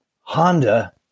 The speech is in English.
Honda